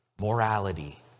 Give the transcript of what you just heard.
morality